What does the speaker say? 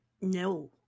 No